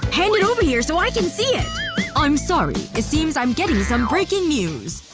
hand it over here so i can see it i'm sorry, it seems i'm getting some breaking news